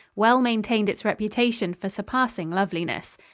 well maintained its reputation for surpassing loveliness.